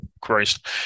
Christ